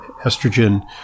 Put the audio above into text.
estrogen